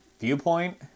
viewpoint